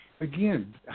again